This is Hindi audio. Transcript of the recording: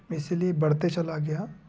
इसीलिए बढ़ते चला गया